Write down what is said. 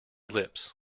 lips